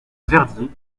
verdier